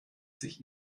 sich